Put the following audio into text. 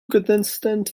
contestants